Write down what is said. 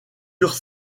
eurent